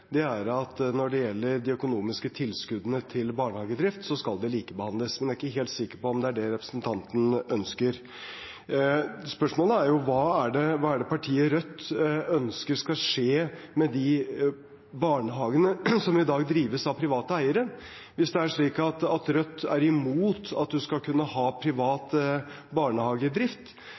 likebehandles. Men jeg er ikke helt sikker på om det er det representanten ønsker. Spørsmålene er: Hva er det partiet Rødt ønsker skal skje med de barnehagene som i dag drives av private eiere? Hvis det er slik at Rødt er imot at man skal kunne ha privat barnehagedrift,